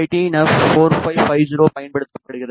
C 18 F 4550 பயன்படுத்தப்படுகிறது